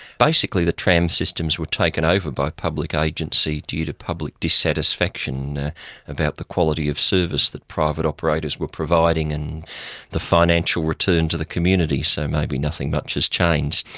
basically the tram systems were taken over by public agency, due to public dissatisfaction about the quality of service that private operators were providing, and the financial return to and to the community, so maybe nothing much has changed.